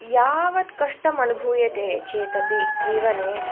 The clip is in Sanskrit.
यावत् कष्टम् अनुभूयते चेतपि जीवने